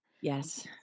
Yes